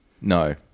No